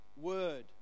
word